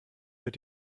wird